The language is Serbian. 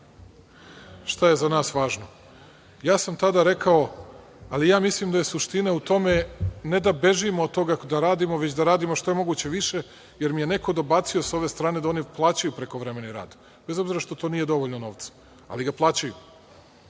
šta je za nas važno. Ja sam tada rekao: „Ali ja mislim da je suština u tome ne da bežimo od toga da radimo, već da radimo što je moguće više“, jer mi je neko dobacio s ove strane da oni plaćaju prekovremeni rad, bez obzira što to nije dovoljno novca. Ona kaže: